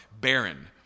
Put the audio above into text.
barren